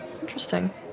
Interesting